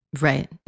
Right